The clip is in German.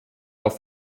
auf